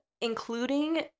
including